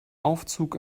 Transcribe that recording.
aufzug